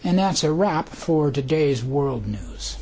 and that's a wrap for today's world news